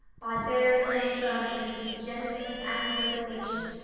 by bearing your infirmities with gentleness and resignation,